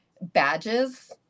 badges